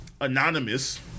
Anonymous